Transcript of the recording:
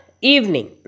evening